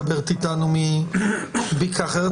אדם רוצה לדעת האם הוא עבר תקיפה מינית כזאת שכללה,